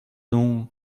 donc